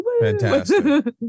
fantastic